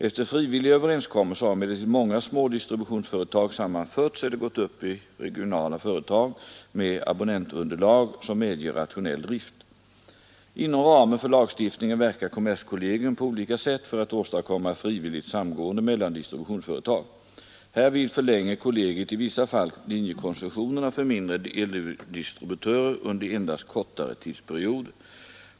Efter frivilliga överenskommelser har emellertid många små distributionsföretag sammanförts eller gått upp i regionala företag med abonnentunderlag som medger rationell drift. Inom ramen för lagstiftningen verkar kommerskollegium på olika sätt för att åstadkomma frivilligt samgående mellan distributionsföretag. Härvid förlänger kollegiet i vissa fall linjekoncessionerna för mindre eldistributörer under endast kortare tidsperioder.